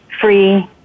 free